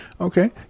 Okay